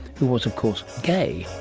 who was of course gay.